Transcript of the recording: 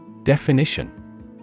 Definition